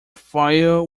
fire